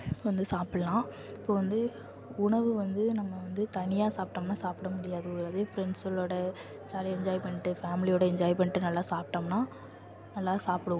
இப்போ வந்து சாப்பிட்லாம் இப்போ வந்து உணவு வந்து நம்ம வந்து தனியாக சாப்பிட்டோம்ன்னா சாப்பிட முடியாது அதே ஃப்ரெண்ட்ஸ்களோட ஜாலியாக என்ஜாய் பண்ணிட்டு ஃபேமிலியோடு என்ஜாய் பண்ணிட்டு நல்லா சாப்பிட்டோம்ன்னா நல்லா சாப்பிடுவோம்